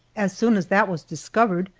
as soon as that was discovered,